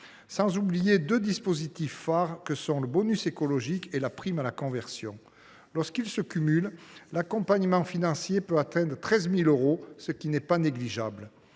sans oublier les deux dispositifs phares que sont le bonus écologique et la prime à la conversion. Lorsqu’ils se cumulent, l’accompagnement financier peut atteindre 13 000 euros, ce qui n’est pas négligeable.